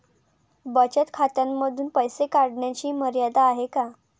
बचत खात्यांमधून पैसे काढण्याची मर्यादा आहे का?